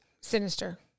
sinister